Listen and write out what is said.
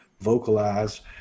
vocalize